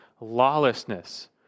lawlessness